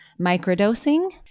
microdosing